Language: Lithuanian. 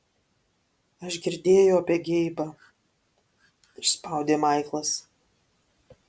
aš girdėjau apie geibą išspaudė maiklas